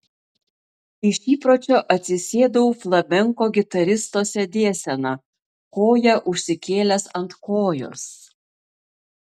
iš įpročio atsisėdau flamenko gitaristo sėdėsena koją užsikėlęs ant kojos